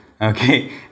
Okay